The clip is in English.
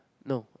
no